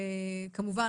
וכמובן,